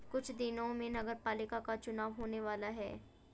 कुछ दिनों में नगरपालिका का चुनाव होने वाला है